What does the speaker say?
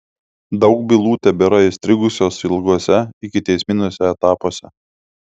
daug bylų tebėra įstrigusios ilguose ikiteisminiuose etapuose